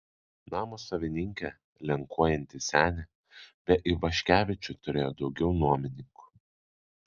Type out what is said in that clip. namo savininkė lenkuojanti senė be ivaškevičių turėjo daugiau nuomininkų